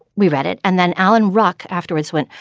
we read it and then alan ruck afterwards went.